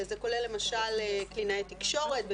זה כולל למשל: קלינאי תקשורת,